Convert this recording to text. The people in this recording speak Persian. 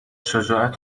شجاعت